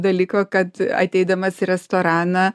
dalyko kad ateidamas į restoraną